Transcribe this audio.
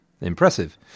Impressive